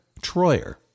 Troyer